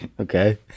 Okay